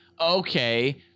Okay